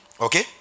Okay